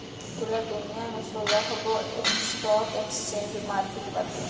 पूरा दुनिया में सोलहगो स्टॉक एक्सचेंज मार्किट बाटे